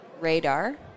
radar